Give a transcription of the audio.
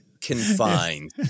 confined